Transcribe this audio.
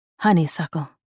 honeysuckle